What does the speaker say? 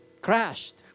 crashed